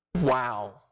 wow